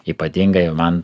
ypatingai man